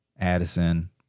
Addison